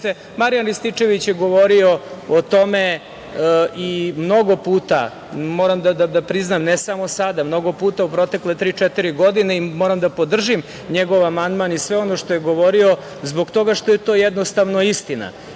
Rističević je govorio o tome mnogo puta, moram da priznam, ne samo sada, mnogo puta u protekle tri, četiri godine i moram da podržim njegov amandman i sve ono što je govorio zbog toga što je to jednostavno istina. Istina